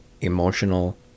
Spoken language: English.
emotional